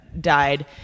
died